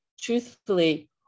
truthfully